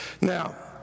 Now